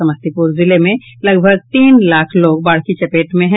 समस्तीपुर जिले में लगभग तीन लाख लोग बाढ़ की चपेट में हैं